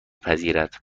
پذیرد